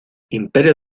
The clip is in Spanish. imperio